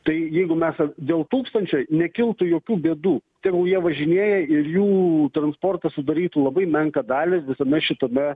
tai jeigu mes dėl tūkstančio nekiltų jokių bėdų tegul jie važinėja ir jų transportas sudarytų labai menką dalį visame šitame